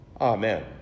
Amen